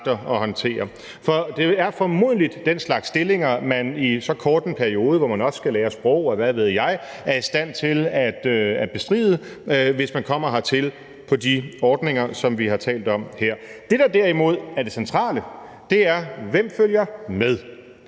det er formodentlig den slags stillinger, man i så kort en periode, hvor man også skal lære sproget, og hvad ved jeg, er i stand til at bestride, hvis man kommer hertil på de ordninger, som vi har talt om her. Det, der derimod er det centrale, er, hvem der følger med,